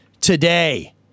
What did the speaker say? today